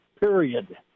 period